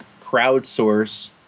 crowdsource